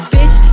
Bitch